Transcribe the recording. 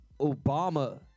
Obama